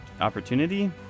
opportunity